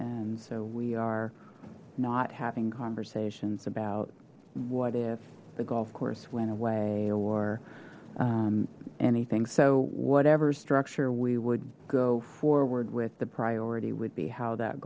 and so we are not having conversations about what if the golf course went away or anything so whatever structure we would go forward with the priority would be how that